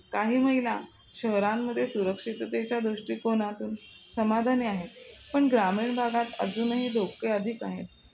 काही महिला शहरांमध्ये सुरक्षिततेच्या दृष्टिकोनातून समाधाान आहेत पण ग्रामीण भागात अजूनही धोके अधिक आहेत